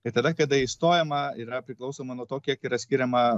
tai tada kada įstojama yra priklausomai nuo to kiek yra skiriama